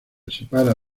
separa